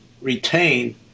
retain